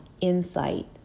insight